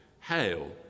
Hail